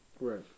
Right